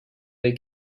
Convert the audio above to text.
they